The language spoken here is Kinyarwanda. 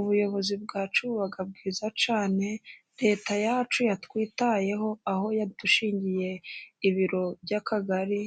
Ubuyobozi bwacu buba bwiza cyane, leta yacu yatwitayeho, aho yadushingiye ibiro by'akagari,